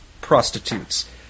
prostitutes